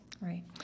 Right